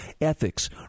ethics